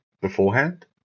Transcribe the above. beforehand